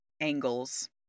angles